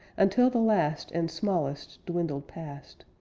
until the last and smallest dwindled past,